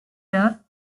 the